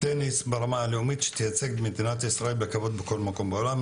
טניס ברמה הלאומית שתייצג את מדינת ישראל בכבוד בכל מקום בעולם.